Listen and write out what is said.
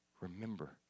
Remember